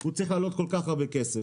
הוא צריך לעלות כל כך הרבה כסף.